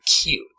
cute